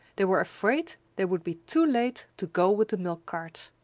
they were afraid they would be too late to go with the milk cart.